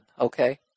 okay